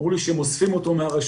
הם אמרו לי שהם אוספים אותו מהרשויות